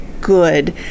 good